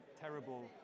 terrible